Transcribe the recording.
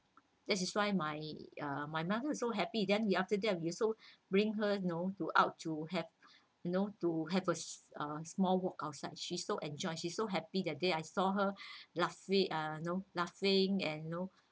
this is why my uh my mother also happy then you after we also bring her you know to out to have you know to have a s~ uh a small walk outside she so enjoy she so happy that day I saw her laughing ah you know laughing and you know